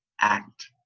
act